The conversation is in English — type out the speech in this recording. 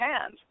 hands